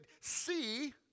see